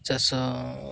ଚାଷ